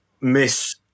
miss